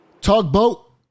Tugboat